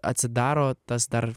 atsidaro tas dar